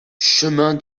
chemin